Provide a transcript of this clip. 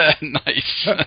nice